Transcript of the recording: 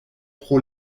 pro